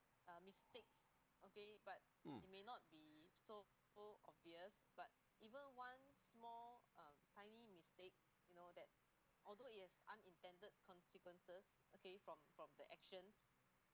mm